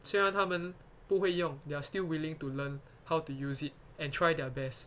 虽然他们不会用 they are still willing to learn how to use it and try their best